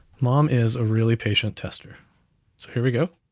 mom is a really patient tester. so here we go.